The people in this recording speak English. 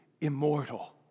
immortal